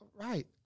Right